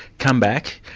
come back,